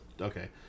okay